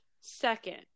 Second